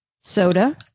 soda